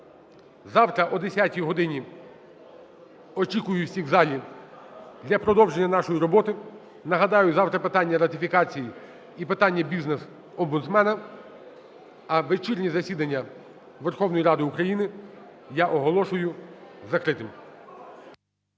Завтра о 10 годині очікую усіх в залі для продовження нашої роботи. Нагадаю, завтра питання ратифікацій і питання бізнес-омбудсмена. А вечірнє засідання Верховної Ради України я оголошую закритим.